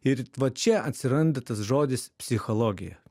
ir va čia atsiranda tas žodis psichologija